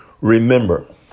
remember